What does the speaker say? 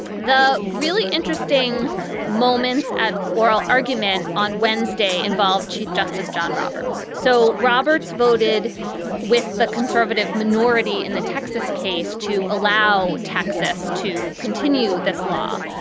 the really interesting moments at oral argument on wednesday involve chief justice john roberts. so roberts voted with the conservative minority in the texas case to allow texas to continue this law.